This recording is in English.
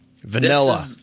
Vanilla